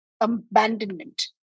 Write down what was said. abandonment